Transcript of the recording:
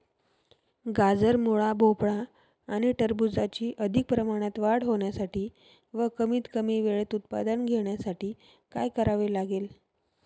गाजर, मुळा, भोपळा आणि टरबूजाची अधिक प्रमाणात वाढ होण्यासाठी व कमीत कमी वेळेत उत्पादन घेण्यासाठी काय करावे लागेल?